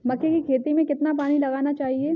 मक्के की खेती में कितना पानी लगाना चाहिए?